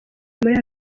muri